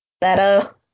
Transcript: better